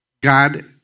God